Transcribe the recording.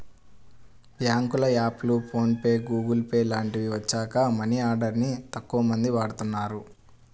బ్యేంకుల యాప్లు, PhonePe, Google Pay లాంటివి వచ్చాక మనీ ఆర్డర్ ని తక్కువమంది వాడుతున్నారు